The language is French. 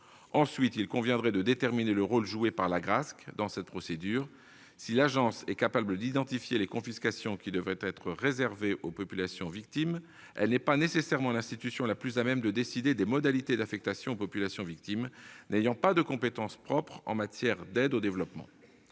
Ensuite, il conviendrait de déterminer le rôle joué par l'Agrasc dans cette procédure ; si l'Agence est capable d'identifier les confiscations devant être reversées aux populations victimes, elle n'est pas nécessairement l'institution la mieux à même de décider des modalités d'affectation à ces dernières, car elle n'a pas de compétences propres en matière d'aide au développement.